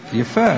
יפה.